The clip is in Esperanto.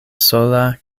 sola